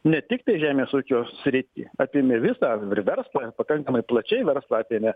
ne tik žemės ūkio sritį apėmė visą verslą pakankamai plačiai verslą apėmė